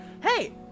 Hey